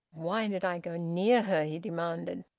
why did i go near her? he demanded.